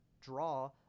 draw